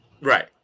Right